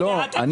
לא אמרתי את זה.